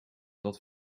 dat